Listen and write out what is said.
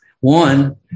One